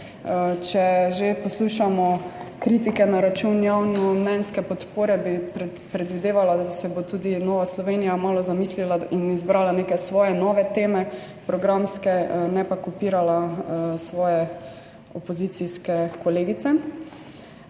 Če že poslušamo kritike na račun javnomnenjske podpore, bi predvidevala, da se bo tudi Nova Slovenija malo zamislila in izbrala neke svoje, nove programske teme, ne pa kopirala svoje opozicijske kolegice.